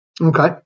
Okay